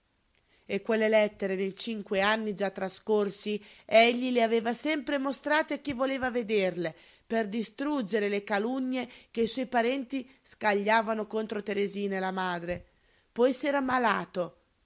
e quelle lettere nei cinque anni già trascorsi egli le aveva sempre mostrate a chi voleva vederle per distruggere le calunnie che i suoi parenti scagliavano contro teresina e la madre poi s'era ammalato